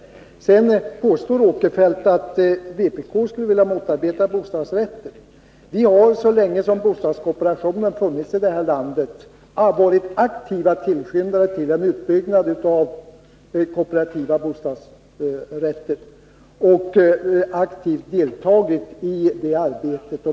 Sedan påstår Sven Eric Åkerfeldt att vpk skulle vilja motarbeta bostadsrätten. Vi har så länge bostadskooperationen funnits i det här landet varit aktiva tillskyndare av en utbyggnad av den kooperativa bostadsrätten. Vi har aktivt deltagit i det arbetet.